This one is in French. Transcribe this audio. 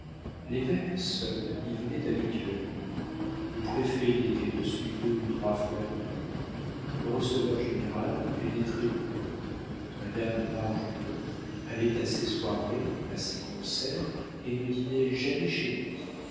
l'évêque seul y venait habituellement le préfet y était reçu deux ou trois fois dans l'an le receveur-général n'y pénétrait point madame de bargeton allait à ses soirées à ses concerts et ne dînait jamais chez lui